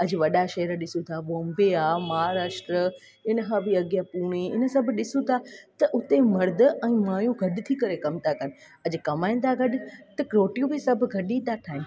अॼु वॾा शहर ॾिसूं था बॉम्बे आहे महाराष्ट्रा इन खां बि अॻियां पुणे ईअं सभु ॾिसूं था त उते मर्द ऐं मायूं गॾु थी करे कमु था कनि अॼु कमाईंदा गॾु त रोटियूं बि सभु गॾु ई था ठाहिनि